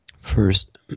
First